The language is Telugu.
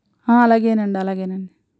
ఆ అలాగే అండి అలాగే అండి